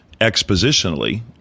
expositionally